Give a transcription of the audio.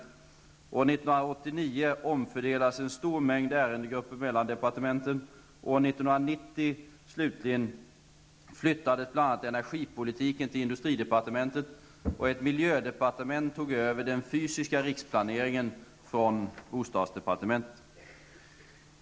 År 1989 omfördelades en stor mängd ärendegrupper mellan departementen. År 1990, slutligen, flyttades bl.a. energipolitiken till industridepartementet, och ett miljödepartement tog över den fysiska riksplaneringen från bostadsdepartementet.